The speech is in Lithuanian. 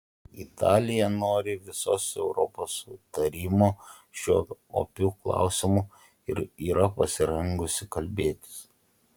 italija nori visos europos sutarimo šiuo opiu klausimu ir yra pasirengusi kalbėtis